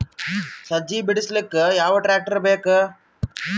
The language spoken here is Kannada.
ಸಜ್ಜಿ ಬಿಡಿಸಿಲಕ ಯಾವ ಟ್ರಾಕ್ಟರ್ ಬೇಕ?